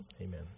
Amen